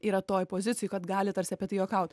yra toj pozicijoj kad gali tarsi apie tai juokaut